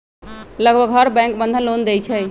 लगभग हर bank Bandhan loan देई छई